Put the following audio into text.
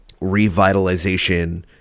revitalization